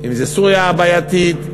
אם סוריה הבעייתית,